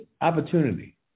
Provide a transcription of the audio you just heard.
opportunity